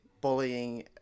bullying